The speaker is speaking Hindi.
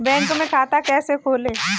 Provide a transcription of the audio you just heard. बैंक में खाता कैसे खोलें?